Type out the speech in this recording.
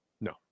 No